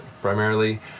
primarily